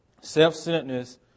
self-centeredness